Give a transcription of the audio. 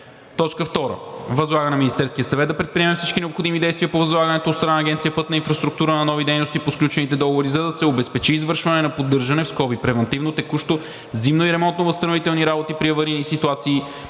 пътища. 2. Възлага на Министерския съвет да предприеме всички необходими действия по възлагането от страна на Агенция „Пътна инфраструктура“ на нови дейности по сключените договори, за да се обезпечи извършване на поддържане (превантивно, текущо, зимно и ремонтно-възстановителни работи при аварийни ситуации)